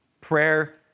Prayer